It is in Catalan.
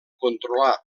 controlar